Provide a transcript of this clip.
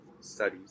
studies